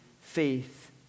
faith